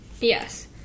Yes